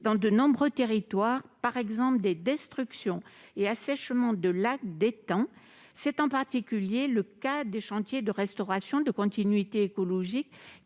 dans de nombreux territoires, par exemple à des destructions ou à des assèchements de lacs ou d'étangs. C'est le cas, en particulier, des chantiers de restauration de continuité écologique